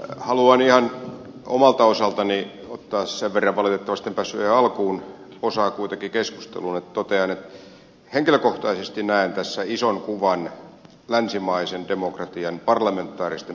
haluan ihan omalta osaltani ottaa sen verran valitettavasti en päässyt ihan alkuun osaa kuitenkin keskusteluun että totean että henkilökohtaisesti näen tässä ison kuvan länsimaisen demokratian parlamentaaristen piirteitten vahvistamisena